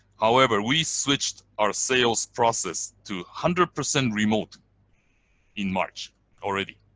however, we switched our sales process to hundred percent remote in march already.